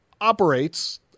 operates